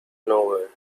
nowhere